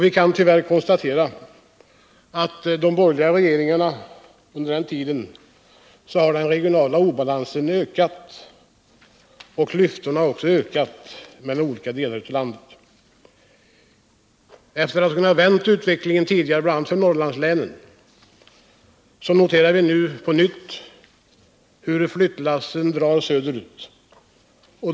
Vi kan tyvärr konstatera att den regionala obalansen har ökat under de borgerliga regeringarnas tid, och klyftorna mellan olika delar av landet har också ökat. Efter det att den tidigare utvecklingen nu vänt, bl.a. i Norrlandslänen, noterar vi hur flyttlassen på nytt drar söderut.